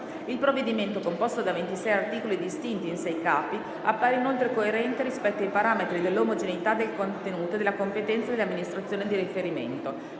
Il provvedimento, composto da 26 articoli distinti in sei capi, appare inoltre coerente rispetto ai parametri dell'omogeneità del contenuto e della competenza delle amministrazioni di riferimento.